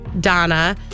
Donna